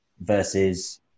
versus